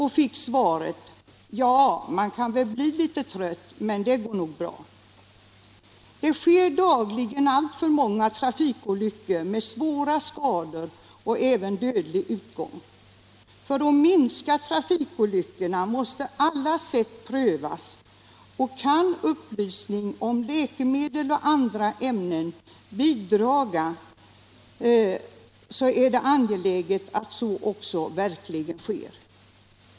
Han fick följande svar: ”Ja, man kan väl bli litet trött, men det går nog bra.” Det sker dagligen alltför många trafikolyckor med svåra skador och även dödlig utgång. För att minska trafikolyckorna måste alla sätt prövas, och kan upplysning om läkemedel och andra ämnen bidra till denna minskning är det angeläget att så också verkligen sker.